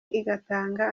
igatanga